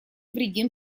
вредим